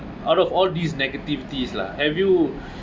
out of all these negativities lah have you